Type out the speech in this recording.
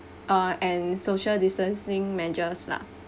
uh and social distancing measures lah